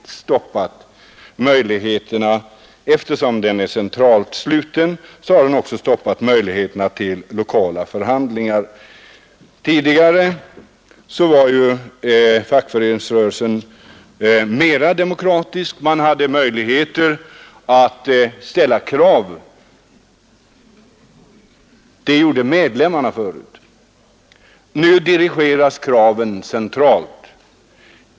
Eftersom den var centralt sluten har den helt enkelt stoppat möjligheterna till lokala förhandlingar. Tidigare var fackföreningsrörelsen mera demokratisk. Då hade medlemmarna möjligheter att ställa krav. Nu preciseras kraven centralt.